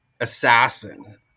assassin